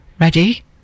ready